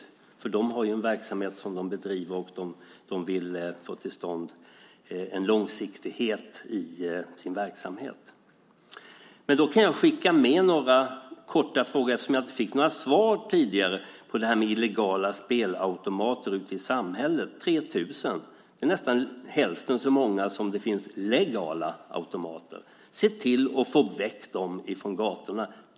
Aktörerna på spelmarknaden har en verksamhet som de bedriver, och de vill få till stånd en långsiktighet i sin verksamhet. Jag kan skicka med några korta frågor eftersom jag inte fick några svar tidigare på frågan om illegala spelautomater ute i samhället. Det finns 3 000 sådana. Det är nästan hälften så många som de legala automaterna. Se till att få bort dem från gatorna.